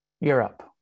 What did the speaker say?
Europe